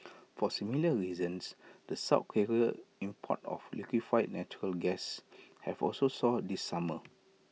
for similar reasons the south Korea imports of liquefied natural gas have also soared this summer